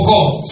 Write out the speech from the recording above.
God